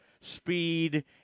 speed